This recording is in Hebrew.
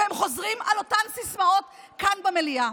והם חוזרים על אותן סיסמאות כאן במליאה.